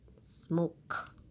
Smoke